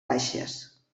baixes